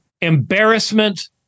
embarrassment